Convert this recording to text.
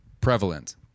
prevalent